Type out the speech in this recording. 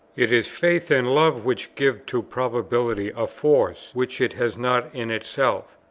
it is faith and love which give to probability a force which it has not in itself.